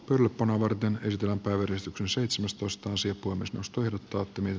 tulppa nuorten ystävänpäiväristuksen seitsemästoista sija kunnes mustuivat oppiminen